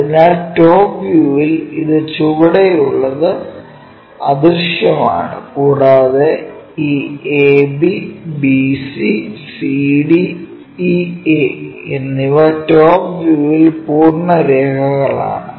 അതിനാൽ ടോപ് വ്യൂവിൽ ഈ ചുവടെയുള്ളത് അദൃശ്യമാണ് കൂടാതെ ഈ ab bc cd ea എന്നിവ ടോപ് വ്യൂവിൽ പൂർണ്ണ രേഖകളാണ്